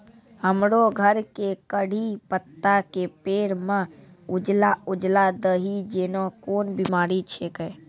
हमरो घर के कढ़ी पत्ता के पेड़ म उजला उजला दही जेना कोन बिमारी छेकै?